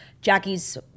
Jackie's